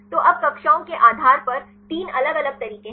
तो अब कक्षाओं के आधार पर 3 अलग अलग तरीके हैं